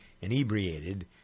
inebriated